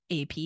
AP